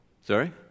Sorry